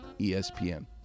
ESPN